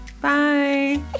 Bye